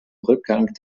rückgang